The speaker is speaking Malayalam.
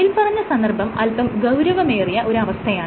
മേല്പറഞ്ഞ സന്ദർഭം അല്പം ഗൌരവമേറിയ ഒരു അവസ്ഥയാണ്